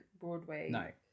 Broadway